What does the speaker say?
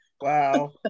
Wow